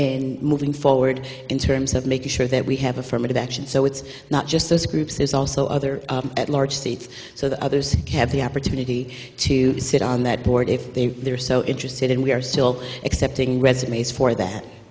in moving forward in terms of making sure that we have affirmative action so it's not just those groups there's also other at large seats so that others have the opportunity to sit on that board if they're so interested in we are still accepting resumes for that